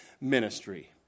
ministry